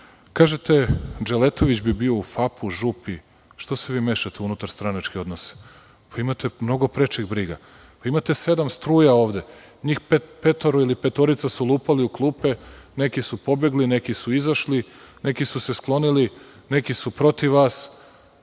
nije. Kažete, Dželetović bi bio u FAP-u, „Župi“. Što se vi mešate u unutarstranačke odnose? Vi imate mnogo prečih briga. Vi imate sedam struja ovde. Njih petoro, ili petorica su lupali u klupe. Neki su pobegli, neki su izašli, neki su se sklonili, neki su protiv vas.